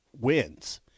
wins